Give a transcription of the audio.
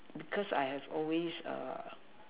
because I have always err